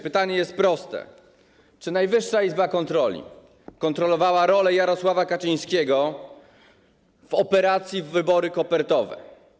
Pytanie jest proste: Czy Najwyższa Izba Kontroli kontrolowała rolę Jarosława Kaczyńskiego w przypadku operacji: wybory kopertowe?